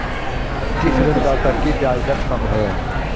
किस ऋणदाता की ब्याज दर कम है?